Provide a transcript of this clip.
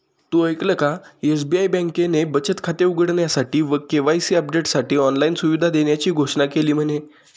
तु ऐकल का? एस.बी.आई बँकेने बचत खाते उघडण्यासाठी व के.वाई.सी अपडेटसाठी ऑनलाइन सुविधा देण्याची घोषणा केली म्हने